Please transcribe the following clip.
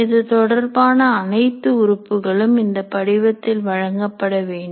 இதுதொடர்பான அனைத்து உறுப்புகளும் இந்த படிவத்தில் வழங்கப்பட வேண்டும்